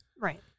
right